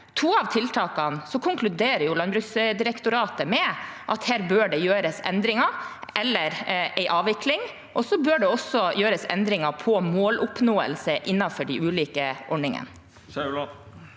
to av tiltakene konkluderer Landbruksdirektoratet med at det bør gjøres endringer eller en avvikling. Det bør også gjøres endringer når det gjelder måloppnåelse innenfor de ulike ordningene.